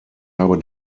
habe